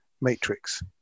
matrix